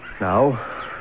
Now